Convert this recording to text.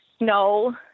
no